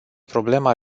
problema